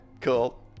cool